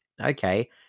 okay